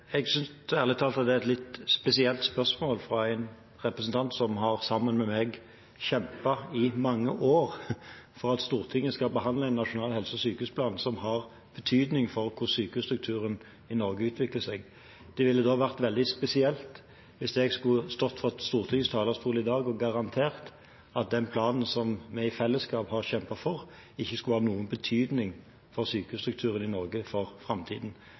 Jeg synes ærlig talt at det er et litt spesielt spørsmål fra en representant som sammen med meg har kjempet i mange år for at Stortinget skal behandle en nasjonal helse- og sykehusplan som har betydning for hvordan sykehusstrukturen i Norge utvikler seg. Det ville vært veldig spesielt hvis jeg skulle stått på Stortingets talerstol i dag og garantert at den planen som vi i fellesskap har kjempet for, ikke skulle ha noen betydning for sykehusstrukturen i Norge for framtiden.